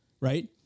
right